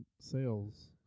sales